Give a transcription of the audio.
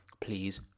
please